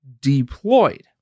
deployed